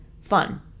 fun